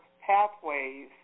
pathways